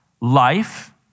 life